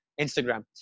Instagram